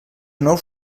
nous